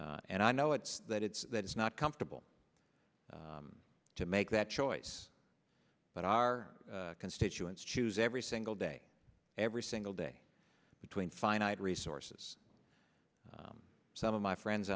and i know it's that it's that it's not comfortable to make that choice but our constituents choose every single day every single day between finite resources some of my friends